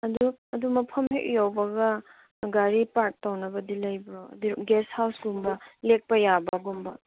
ꯑꯗꯨ ꯑꯗꯨ ꯃꯐꯝ ꯍꯦꯛ ꯌꯧꯕꯒ ꯒꯥꯔꯤ ꯄꯥꯔꯛ ꯇꯧꯅꯕꯗꯤ ꯂꯩꯕ꯭ꯔꯣ ꯒꯦꯁ ꯍꯥꯎꯁ ꯀꯨꯝꯕ ꯂꯦꯛꯄ ꯌꯥꯕꯒꯨꯝꯕ